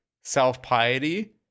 self-piety